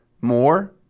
more